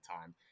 time